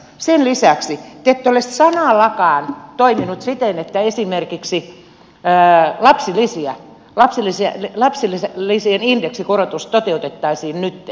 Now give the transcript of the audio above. sen lisäksi te ette ole sanallakaan toimineet siten että esimerkiksi pää ja lapsilisiä lapsilisiä lapsilisiä lapsilisien indeksikorotus toteutettaisiin nytten